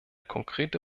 konkrete